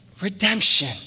redemption